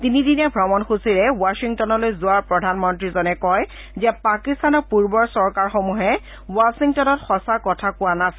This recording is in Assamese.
তিনিদিনীয়া ভ্ৰমণসূচীৰে ৱাশ্বিংটনলৈ যোৱা প্ৰধানমন্ত্ৰীজনে কয় যে পাকিস্তানৰ পূৰ্বৰ চৰকাৰসমূহে ৱাশ্বিংটনক সঁচা কথা কোৱা নাছিল